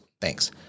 Thanks